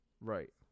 Right